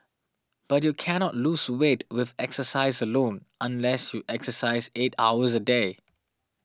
but you cannot lose weight with exercise alone unless you exercise eight hours a day